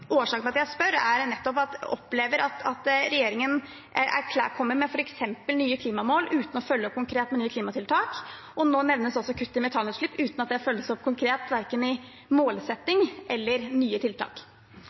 Årsaken til at jeg spør, er at jeg opplever at regjeringen kommer med f.eks. nye klimamål uten å følge opp konkret med nye klimatiltak. Nå nevnes også kutt i metanutslipp uten at det følges opp konkret, verken i